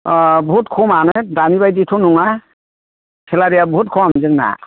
बहुत खमानो दानि बादिबाथ' नङा सेलारिया बहुत खम जोंना